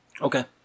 Okay